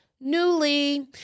Newly